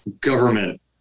government